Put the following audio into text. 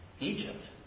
Egypt